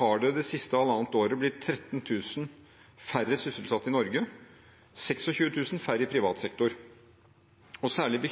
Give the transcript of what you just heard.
har det det siste halvannet året blitt 13 000 færre sysselsatte i Norge, 26 000 færre i privat sektor. Særlig